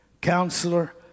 Counselor